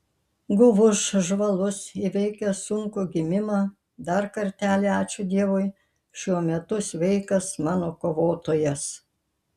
guvus žvalus įveikęs sunkų gimimą dar kartelį ačiū dievui šiuo metu sveikas mano kovotojas